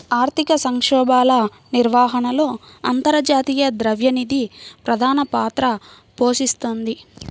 ఆర్థిక సంక్షోభాల నిర్వహణలో అంతర్జాతీయ ద్రవ్య నిధి ప్రధాన పాత్ర పోషిస్తోంది